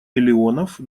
миллионов